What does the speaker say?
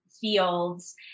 fields